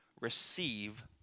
receive